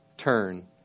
turn